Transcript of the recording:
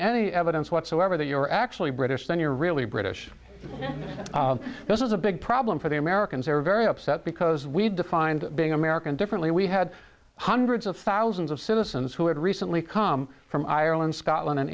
any evidence whatsoever that you're actually british then you're really british this is a big problem for the americans they're very upset because we defined being american differently we had hundreds of thousands of citizens who had recently come from ireland scotland and